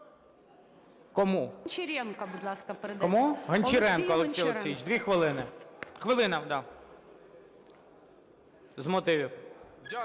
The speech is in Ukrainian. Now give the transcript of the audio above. Дякую.